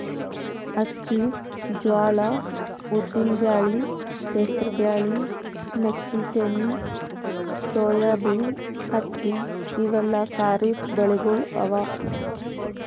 ಅಕ್ಕಿ, ಜ್ವಾಳಾ, ಉದ್ದಿನ್ ಬ್ಯಾಳಿ, ಹೆಸರ್ ಬ್ಯಾಳಿ, ಮೆಕ್ಕಿತೆನಿ, ಸೋಯಾಬೀನ್, ಹತ್ತಿ ಇವೆಲ್ಲ ಖರೀಫ್ ಬೆಳಿಗೊಳ್ ಅವಾ